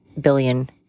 billion